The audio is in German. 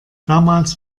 damals